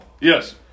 Yes